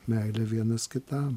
meilę vienas kitam